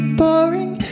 boring